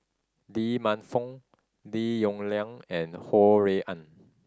Lee Man Fong Lim Yong Liang and Ho Rui An